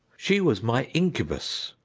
she was my incubus,